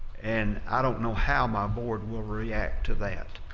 and i don't know how my board will react to that.